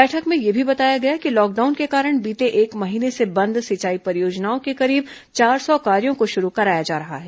बैठक में यह भी बताया गया कि लॉकडाउन के कारण बीते एक महीने से बंद सिंचाई परियोजनाओं के करीब चार सौ कार्यों को शुरू कराया जा रहा है